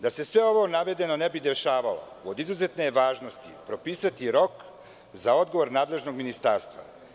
Da se sve ovo navedeno ne bi dešavalo, od izuzetne je važnosti propisati rok za odgovor nadležnog ministarstva.